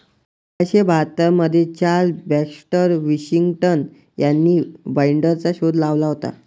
अठरा शे बाहत्तर मध्ये चार्ल्स बॅक्स्टर विथिंग्टन यांनी बाईंडरचा शोध लावला होता